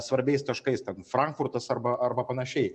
svarbiais taškais ten frankfurtas arba arba panašiai